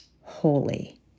holy